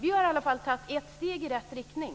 Vi har tagit ett steg i rätt riktning.